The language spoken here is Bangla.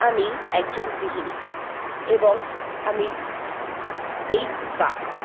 আমি একজন গৃহিণী এবং আমি এইট পাশ